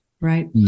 right